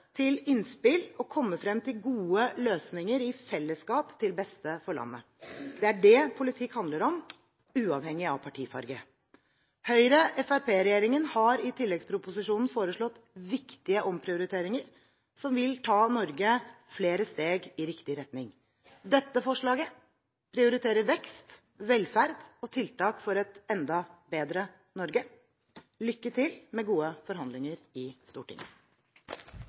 til innspill og komme frem til gode løsninger i fellesskap til beste for landet. Det er det politikk handler om, uavhengig av partifarge. Høyre–Fremskrittsparti-regjeringen har i tilleggsproposisjonen foreslått viktige omprioriteringer som vil ta Norge flere steg i riktig retning. Dette forslaget prioriterer vekst, velferd og tiltak for et enda bedre Norge. Lykke til med gode forhandlinger i Stortinget.